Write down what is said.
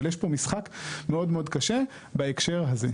אבל יש פה משחק מאוד מאוד קשה בהקשר הזה.